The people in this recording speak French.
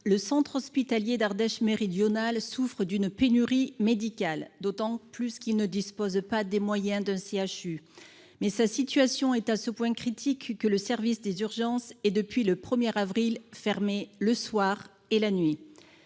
le centre hospitalier d'Ardèche méridionale souffre d'une pénurie médicale d'autant plus qu'il ne dispose pas des moyens de CHU. Mais sa situation est à ce point critique que le service des urgences et depuis le premier avril fermé le soir et la nuit.